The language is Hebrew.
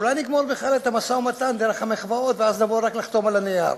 אולי נגמור בכלל את המשא-ומתן דרך המחוות ואז נבוא רק לחתום על הנייר.